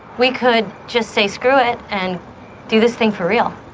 we could just say, screw it and do this thing for real.